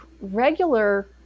regular